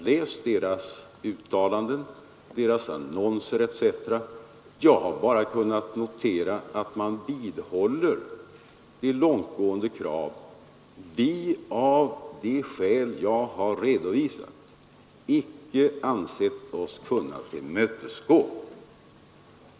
Läs dess uttalande, dess annonser etc. Jag har bara kunnat notera att man vidhåller de långtgående krav vi av de skäl jag har redovisat icke ansett oss kunna tillmötesgå.